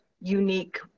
unique